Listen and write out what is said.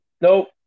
Nope